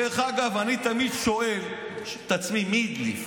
דרך אגב, אני תמיד שואל את עצמי מי הדליף.